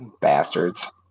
Bastards